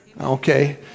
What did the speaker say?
Okay